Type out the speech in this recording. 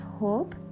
hope